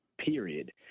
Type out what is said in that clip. Period